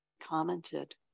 commented